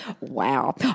wow